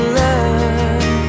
love